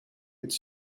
het